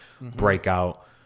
breakout